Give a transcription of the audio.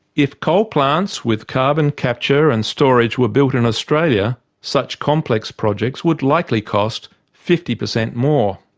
if coal plants with carbon capture and storage were built in australia, such complex projects would likely cost fifty percent more.